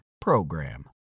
PROGRAM